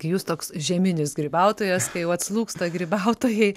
jūs toks žieminis grybautojas kai jau atslūgsta grybautojai